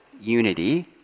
unity